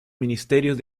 ministerios